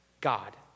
God